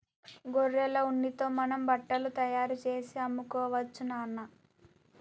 గొర్రెల ఉన్నితో మనం బట్టలు తయారుచేసి అమ్ముకోవచ్చు నాన్న